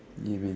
you mean